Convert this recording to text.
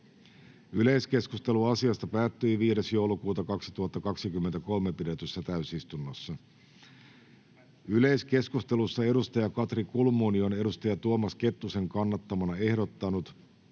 Yleiskeskustelu asiasta päättyi 5.12.2023 pidetyssä täysistunnossa. Yleiskeskustelussa Katri Kulmuni on Tuomas Kettusen kannattamana ehdottanut,